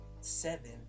seven